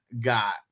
got